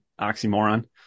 oxymoron